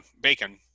bacon